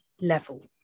level